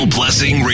Blessing